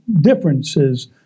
differences